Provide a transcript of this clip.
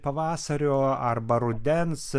pavasario arba rudens